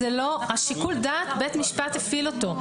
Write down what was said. שיקול דעת, בית משפט יפעיל אותו.